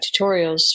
tutorials